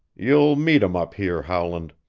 you'll meet em up here, howland.